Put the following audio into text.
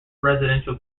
residential